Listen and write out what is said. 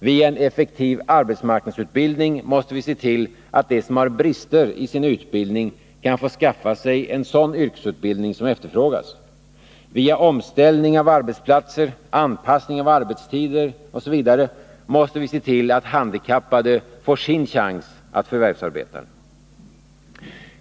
—- Via en effektiv arbetsmarknadsutbildning måste vi se till att de som har brister i sin utbildning kan få skaffa sig en sådan yrkesutbildning som efterfrågas. — Via omställning av arbetsplatser, anpassning av arbetstider osv. måste vi se till att handikappade får sin chans att förvärvsarbeta.